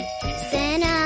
Santa